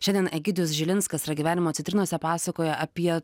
šiandien egidijus žilinskas yra gyvenimo citrinose pasakoja apie